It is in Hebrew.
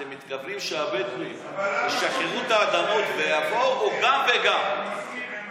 אתם מתכוונים שהבדואים ישחררו את האדמות ויבואו או גם וגם?